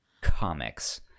comics